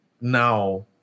now